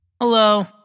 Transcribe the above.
Hello